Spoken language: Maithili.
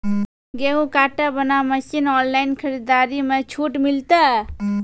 गेहूँ काटे बना मसीन ऑनलाइन खरीदारी मे छूट मिलता?